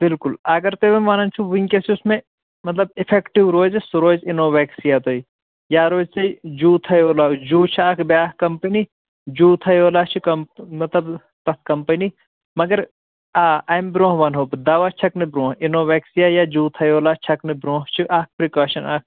بِلکُل اگر تُہۍ وۄنۍ ونان چھِو وُنکیٚس یُس مےٚ مطلب اِفیٚکٹیوٗ روزِ سُہ روزِ اِنوویٚکسیا تۄہہِ یا روزِ تۄہہِ جوٗتھایولا جوٗ چھُ اکھ بیٛاکھ کمپنی جوٗتھایولا چھِ مطلب تَتھ کمپنی مگر آ امہِ برٛونٛہہ وَنہو بہٕ دوا چھکنہٕ برٛونٛہہ اِنوویٚکسیا یا جوٗتھیولا چھکنہٕ برٛوٗنٛہہ چھِ اَکھ پِرکاشن اکھ